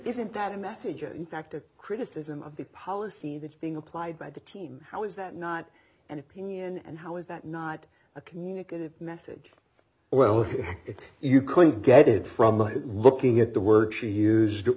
isn't that a message in fact a criticism of the policy that's being applied by the teen how is that not an opinion and how is that not a communicative message well if you can't get it from looking at the words she used